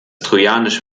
trojanische